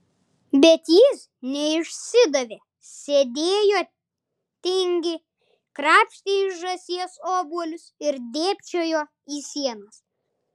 bet jis neišsidavė sėdėjo tingiai krapštė iš žąsies obuolius ir dėbčiojo į sienas